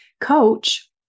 coach